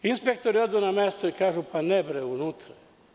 Inspektori odu na mesto i kažu – pa ne, unutra.